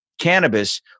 cannabis